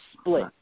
split